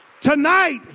Tonight